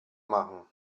machen